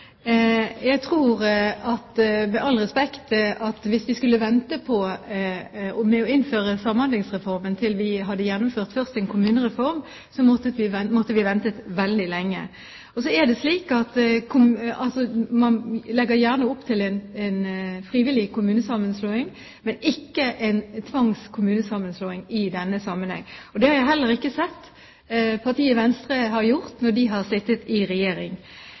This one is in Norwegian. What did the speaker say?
Jeg tror – med all respekt – at hvis vi skulle vente med å innføre Samhandlingsreformen til vi hadde gjennomført en kommunereform, hadde vi måttet vente veldig lenge. Man legger gjerne opp til en frivillig kommunesammenslåing – ikke en tvangssammenslåing i denne sammenheng. Det har jeg heller ikke sett at partiet Venstre har gjort når de har sittet i regjering.